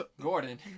Gordon